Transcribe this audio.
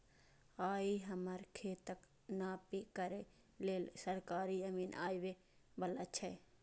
आइ हमर खेतक नापी करै लेल सरकारी अमीन आबै बला छै